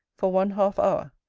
for one halfe-hour.